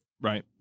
Right